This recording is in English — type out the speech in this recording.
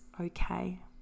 okay